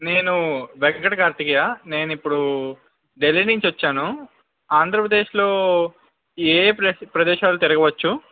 నేను వెంకట కార్తికేయ నేను ఇప్పుడు ఢిల్లీ నుంచి వచ్చాను ఆంధ్రప్రదేశ్లో ఏయే ప్రసిద్ద ప్రదేశాలు తిరగవచ్చు